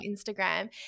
instagram